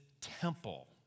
temple